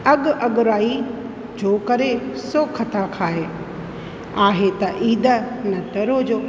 अॻु अॻिराइजो करे सो खता खाए आहे त ईद न टरो जो